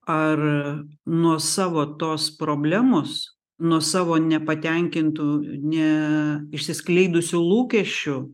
ar nuo savo tos problemos nuo savo nepatenkintų ne išsiskleidusių lūkesčių